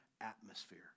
atmosphere